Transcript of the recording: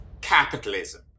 capitalism